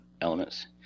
elements